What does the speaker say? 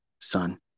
son